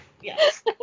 yes